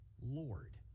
Lord